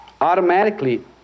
Automatically